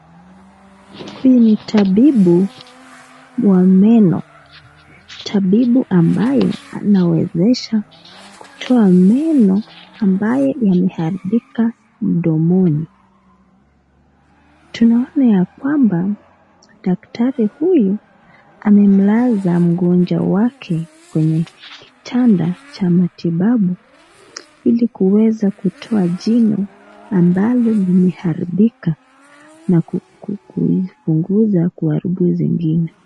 Hii ni tabibu wa meno. Tabibu ambayo anawezesha kutoa meno ambayo yameharibika mdomoni. Tunaona ya kwamba daktari huyu amemlaza mgonjwa wake kwenye kitanda cha matibabu ili kuweza kutoa jino ambalo limeharibika na ku kukuipunguza kuharibu hizi zingine.